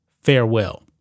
Farewell